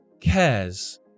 cares